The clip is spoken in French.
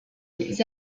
des